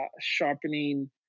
sharpening